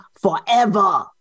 forever